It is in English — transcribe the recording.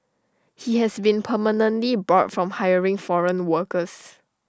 he has been permanently barred from hiring foreign workers